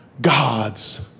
God's